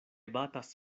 batas